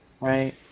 Right